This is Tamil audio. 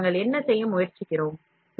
எனவே நாங்கள் என்ன செய்ய முயற்சிக்கிறோம்